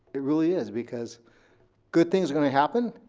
it really is, because good things are gonna happen